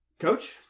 Coach